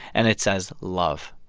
and it says love.